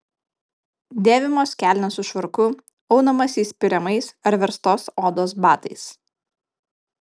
dėvimos kelnės su švarku aunamasi įspiriamais ar verstos odos batais